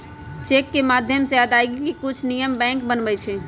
cheque के माध्यम से अदायगी के कुछ नियम बैंक बनबई छई